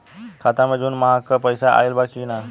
खाता मे जून माह क पैसा आईल बा की ना?